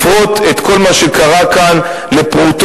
לפרוט את כל מה שקרה כאן לפרוטות,